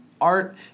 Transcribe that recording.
Art